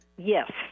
Yes